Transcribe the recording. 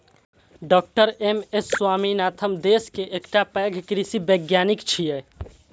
डॉ MS Swaminathan देश के एकटा पैघ कृषि वैज्ञानिक छियै